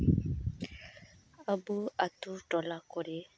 ᱟᱵᱚ ᱟᱛᱩ ᱴᱚᱞᱟ ᱠᱚᱨᱮ